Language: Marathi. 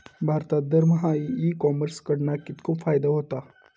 भारतात दरमहा ई कॉमर्स कडणा कितको फायदो होता?